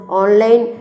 online